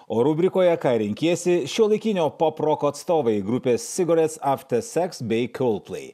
o rubrikoje ką renkiesi šiuolaikinio poproko atstovai grupės cigarettes after sex bei coldplay